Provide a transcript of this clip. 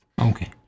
Okay